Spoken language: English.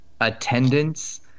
Attendance